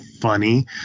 funny